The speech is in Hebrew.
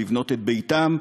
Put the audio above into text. לבנות את ביתם,